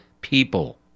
people